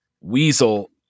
weasel